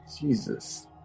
Jesus